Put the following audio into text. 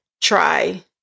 Try